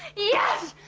yes!